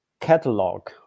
catalog